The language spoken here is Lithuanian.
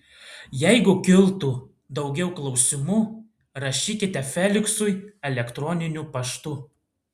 jeigu kiltų daugiau klausimų rašykite feliksui elektroniniu paštu